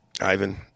Ivan